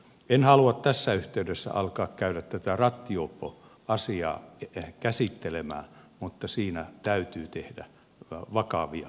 en halua tässä yhteydessä alkaa käydä rattijuoppoasiaa käsittelemään mutta siinä täytyy tehdä vakavia toimenpiteitä